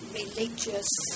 religious